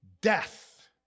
death